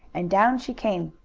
and down she came.